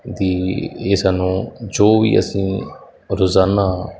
ਦੀ ਇਹ ਸਾਨੂੰ ਜੋ ਵੀ ਅਸੀਂ ਰੋਜ਼ਾਨਾ